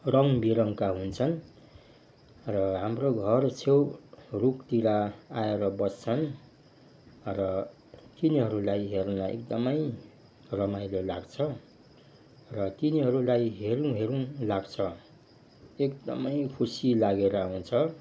रङ्ग बिरङ्गका हुन्छन् र हाम्रो घर छेउ रुखतिर आएर बस्छन् र तिनीहरूलाई हेर्न एकदमै रमाइलो लाग्छ र तिनीहरूलाई हेरूँ हेरूँ लाग्छ एकदमै खुसी लागेर आउँछ